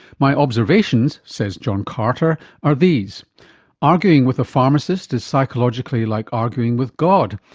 my observations, says john carter, are these arguing with a pharmacist is psychologically like arguing with god!